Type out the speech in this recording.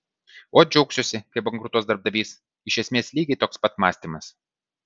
ot džiaugsiuosi kai bankrutuos darbdavys iš esmės lygiai toks pat mąstymas